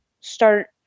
start